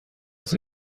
است